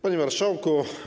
Panie Marszałku!